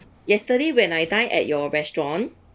yesterday when I dined at your restaurant